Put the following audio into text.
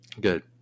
Good